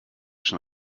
schon